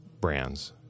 brands